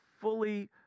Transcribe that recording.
fully